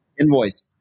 invoice